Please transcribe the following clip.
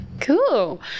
cool